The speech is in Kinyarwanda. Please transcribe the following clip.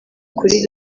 kuri